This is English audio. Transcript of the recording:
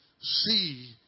see